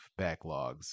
backlogs